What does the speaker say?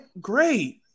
Great